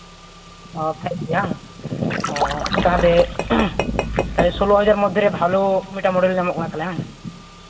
ᱚᱻ ᱛᱟᱦᱚᱞᱮ ᱛᱟᱦᱚᱞᱮ ᱥᱳᱞᱞᱚ ᱦᱟᱡᱟᱨ ᱢᱚᱫᱽᱫᱷᱮ ᱨᱮ ᱵᱷᱟᱞᱳ ᱢᱤᱫᱴᱟᱱ ᱢᱳᱰᱮᱞ ᱧᱟᱢᱚᱜ ᱠᱟᱱᱟ ᱛᱟᱦᱚᱞᱮ ᱵᱟᱝ